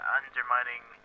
undermining